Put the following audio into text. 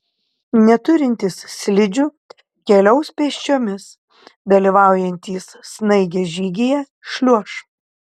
neturintys slidžių keliaus pėsčiomis dalyvaujantys snaigės žygyje šliuoš